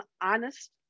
honest